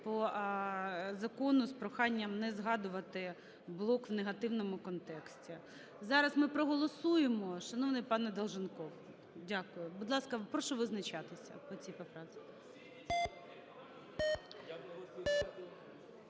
по закону з проханням не згадувати блок в негативному контексті. Зараз ми проголосуємо, шановний пане Долженков. Дякую. Будь ласка, прошу визначатися по цій поправці.